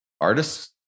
artists